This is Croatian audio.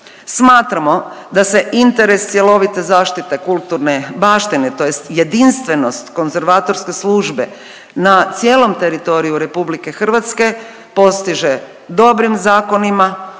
Smatramo da se interes cjelovite zaštite kulturne baštine tj. jedinstvenost konzervatorske službe na cijelom teritoriju RH postiže dobrim zakonima,